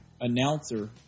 announcer